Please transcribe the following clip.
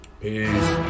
Peace